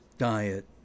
diet